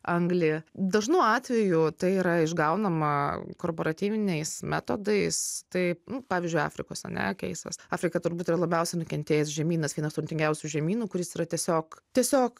anglį dažnu atveju tai yra išgaunama korporatyviniais metodais tai pavyzdžiui afrikos ane keisas afrika turbūt yra labiausiai nukentėjęs žemynas vienas turtingiausių žemynų kuris yra tiesiog tiesiog